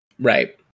right